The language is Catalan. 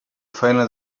faena